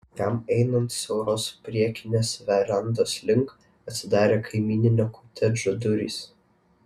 jam einant siauros priekinės verandos link atsidarė kaimyninio kotedžo durys